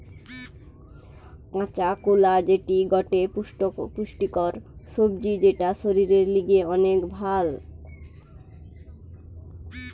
কাঁচা কোলা যেটি গটে পুষ্টিকর সবজি যেটা শরীরের লিগে অনেক ভাল